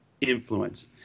influence